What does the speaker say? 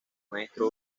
maestro